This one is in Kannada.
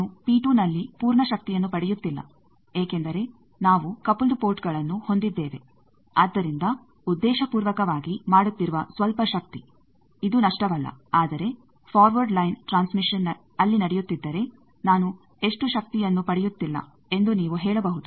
ನಾನು ನಲ್ಲಿ ಪೂರ್ಣ ಶಕ್ತಿಯನ್ನು ಪಡೆಯುತ್ತಿಲ್ಲ ಏಕೆಂದರೆ ನಾವು ಕಪಲ್ಡ್ ಪೋರ್ಟ್ಗಳನ್ನು ಹೊಂದಿದ್ದೇವೆ ಆದ್ದರಿಂದ ಉದ್ದೇಶಪೂರ್ವಕವಾಗಿ ಮಾಡುತ್ತಿರುವ ಸ್ವಲ್ಪ ಶಕ್ತಿ ಇದು ನಷ್ಟವಲ್ಲ ಆದರೆ ಫಾರ್ವರ್ಡ್ ಲೈನ್ ಟ್ರಾನ್ಸ್ಮಿಷನ್ ಅಲ್ಲಿ ನಡೆಯುತ್ತಿದ್ದರೆ ನಾನು ಎಷ್ಟು ಶಕ್ತಿಯನ್ನು ಪಡೆಯುತ್ತಿಲ್ಲ ಎಂದು ನೀವು ಹೇಳಬಹುದು